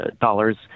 dollars